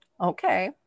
Okay